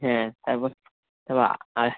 হ্যাঁ